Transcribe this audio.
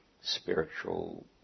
spiritual